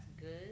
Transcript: good